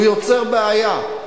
הוא יוצר בעיה.